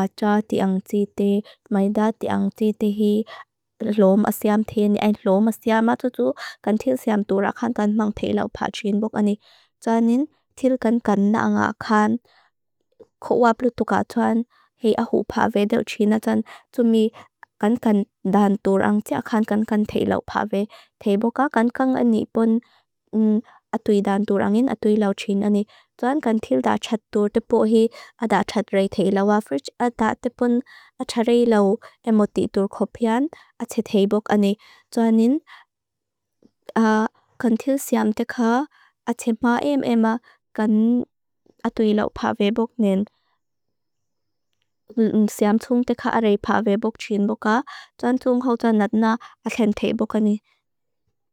ajaa tii ang tii tii, maidaa tii ang tii tii hi, lom a siam teni, ang lom a siam a tutu, kan til siam dura kan kan mang peilau pa txin bukani. Tuan nin, til kan kan naa nga kan, kokwa plutuka tuan, hei ahupa vedel txina tan, tun mi kan kan daan durang tia kan kan kan teilau pave. Tei buka kan kan ani pun atui daan durangin, atui lau txina ni. Tuan kan til daa txat dur, tepohi a daa txat rai teilau. Afrits a daa tepon a txarei lau emo titur kopian, ati tei bukani. Tuan nin, kan til siam teka, ati maem ema kan atui lau pave buknen. Siam tung teka arei pave buk txin buka, tuan tung hotanat naa aten tei bukani.